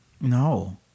No